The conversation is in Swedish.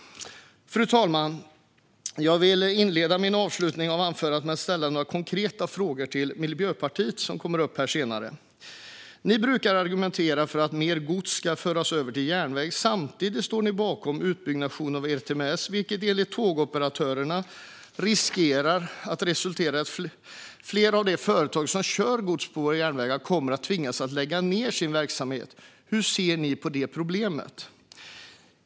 Fru talman! Jag vill inleda min avslutning av anförandet med att ställa några konkreta frågor till Miljöpartiet vars representant kommer upp i debatten senare. Ni brukar argumentera för att mer gods ska föras över till järnväg. Samtidigt står ni bakom utbyggnation av ERTMS, vilket enligt tågoperatörerna riskerar att resultera i att flera av de företag som kör gods på våra järnvägar kommer att tvingas att lägga ned sin verksamhet. Hur ser ni på detta problem?